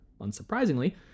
unsurprisingly